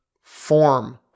form